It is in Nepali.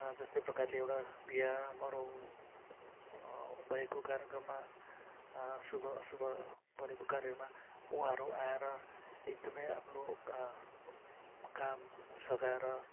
जस्तै प्रकारले एउटा बिहा मरौ भएको कार्यक्रममा शुभ अशुभ परेको कार्यमा उहाँहरू आएर एकदम आफ्नो काम सघाएर